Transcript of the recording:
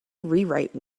rewrite